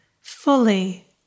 fully